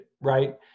right